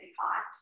hot